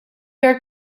are